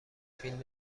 فیلم